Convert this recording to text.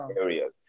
areas